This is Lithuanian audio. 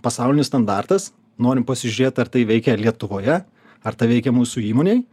pasaulinis standartas norim pasižiūrėt ar tai veikia lietuvoje ar tai veikia mūsų įmonei